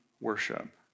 worship